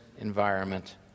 environment